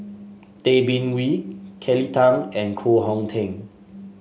Tay Bin Wee Kelly Tang and Koh Hong Teng